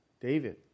David